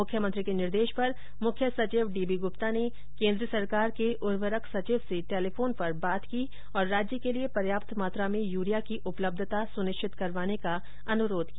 मुख्यमंत्री के निर्देश पर मुख्य सचिव डीबी गुप्ता ने केन्द्र सरकार के उर्वरक सचिव से टेलीफोन पर बात की और राज्य के लिए पर्याप्त मात्रा में यूरिया की उपलब्धता सुनिश्चित करवाने का अनुरोध किया